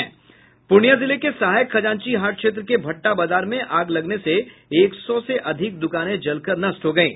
पूर्णिया जिले के सहायक खजांची हाट क्षेत्र के भट्टा बाजार में आग लगने से एक सौ से अधिक द्कानें जलकर नष्ट हो गयी